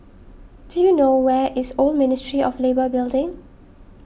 do you know where is Old Ministry of Labour Building